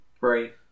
Right